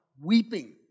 weeping